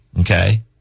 Okay